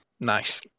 Nice